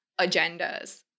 agendas